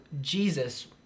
Jesus